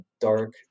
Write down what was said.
dark